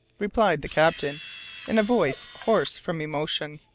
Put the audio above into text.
replied the captain in a voice hoarse from emotion.